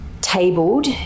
tabled